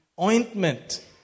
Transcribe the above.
ointment